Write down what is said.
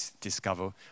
discover